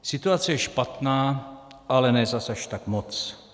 Situace je špatná, ale ne zase až tak moc.